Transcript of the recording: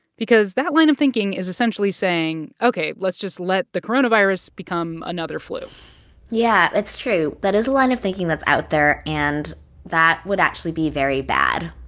because that line of thinking is essentially saying, ok, let's just let the coronavirus become another flu yeah, it's true. that is a line of thinking that's out there, and that would actually be very bad.